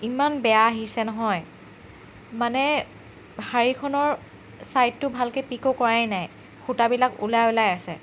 ইমান বেয়া আহিছে নহয় মানে শাড়ীখনৰ ছাইডটো ভালকৈ পিকো কৰাই নাই সূতাবিলাক ওলাই ওলাই আছে